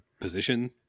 position